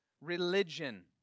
religion